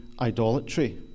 idolatry